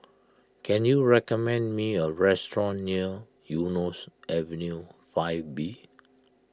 can you recommend me a restaurant near Eunos Avenue five B